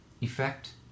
effect